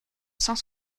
cent